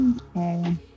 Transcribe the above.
Okay